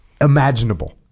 imaginable